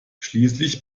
schließlich